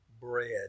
bread